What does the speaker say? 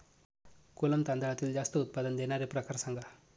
कोलम तांदळातील जास्त उत्पादन देणारे प्रकार सांगा